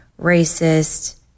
racist